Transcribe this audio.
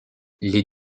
les